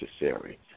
necessary